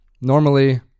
normally